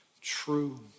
true